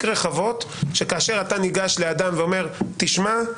רחבות שכאשר אתה ניגש לאדם ואומר תשמע,